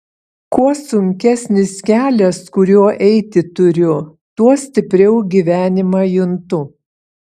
kuo sunkesnis kelias kuriuo eiti turiu tuo stipriau gyvenimą juntu